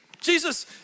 Jesus